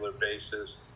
basis